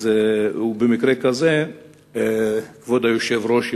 ובמקרה כזה כבוד היושב-ראש,